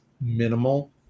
minimal